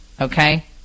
Okay